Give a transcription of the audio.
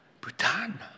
Bhutan